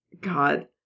god